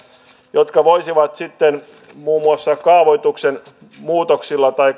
jotka voisivat sitten muun muassa kaavoituksen muutoksilla tai